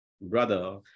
brother